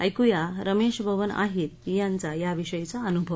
ऐकुया रमेश बबन आहीर यांचा याविषयीचा अनुभव